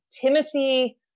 Timothy